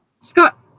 Scott